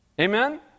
Amen